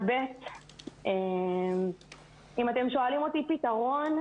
אם אתם שואלים אותי על פתרון,